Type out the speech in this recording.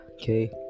okay